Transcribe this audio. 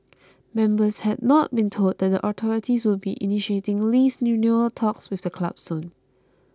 members had not been told that the authorities would be initiating lease renewal talks with the club soon